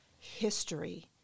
history